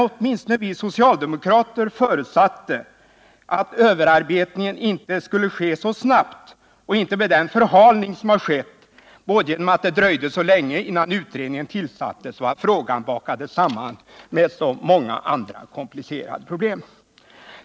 Åtminstone vi socialdemokrater förutsatte emellertid att överarbetningen skulle ske snabbt och inte med den förhalning som det innebär att det dröjde så länge innan utredningen tillsattes och att frågan bakades samman med så många andra komplicerade problem.